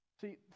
See